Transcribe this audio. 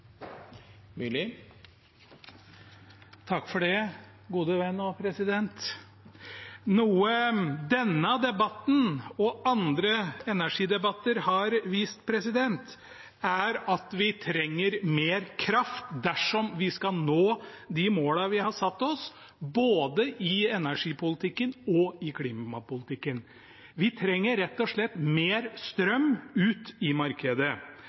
at vi trenger mer kraft dersom vi skal nå de målene vi har satt oss, både i energipolitikken og i klimapolitikken. Vi trenger rett og slett mer strøm ut i markedet.